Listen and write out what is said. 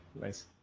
nice